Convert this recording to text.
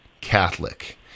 Catholic